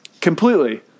completely